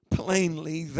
plainly